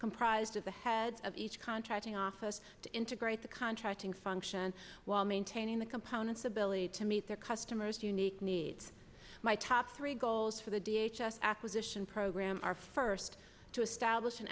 comprised of the head of each contracting office to integrate the contracting function while maintaining the components ability to meet their customer's unique needs my top three goals for the d h s s acquisition program are first to establish an